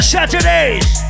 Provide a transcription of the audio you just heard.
Saturdays